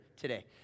today